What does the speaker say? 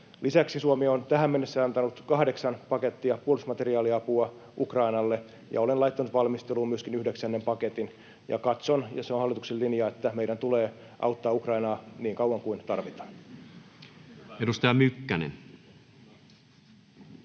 Lisäksi Suomi on tähän mennessä antanut kahdeksan pakettia puolustusmateriaaliapua Ukrainalle, ja olen laittanut valmisteluun myöskin yhdeksännen paketin. Ja katson — ja se on hallituksen linja — että meidän tulee auttaa Ukrainaa niin kauan kuin tarvitaan. [Speech